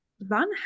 Van